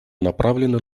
направлена